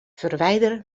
verwijder